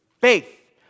faith